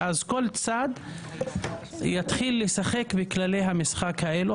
ואז כל צד יתחיל לשחק בכללי המשחק האלה,